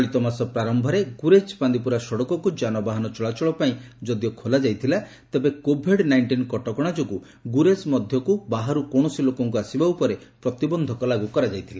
ଚଳିତ ମାସ ପ୍ରାରୟରେ ଗୁରେଜ ବାଣ୍ଡିପୁରା ସଡ଼କକୁ ଯାନବାହାନ ଚଳାଚଳ ପାଇଁ ଯଦିଓ ଖୋଲାଯାଇଥିଲା ତେବେ କୋଭିଡ୍ ନାଇଷ୍ଟିନ୍ କଟକଣା ଯୋଗୁଁ ଗୁରେଜ ମଧ୍ୟକୁ ବାହାରୁ କୌଣସି ଲୋକଙ୍କୁ ଆସିବା ଉପରେ ପ୍ରତିବନ୍ଧକ ଲାଗୁ କରାଯାଇଥିଲା